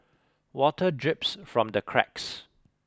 water drips from the cracks